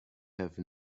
have